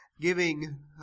giving